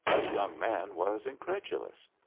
the young man was incredulous.